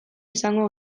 izango